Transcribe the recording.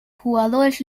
jugadores